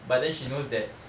but then she knows that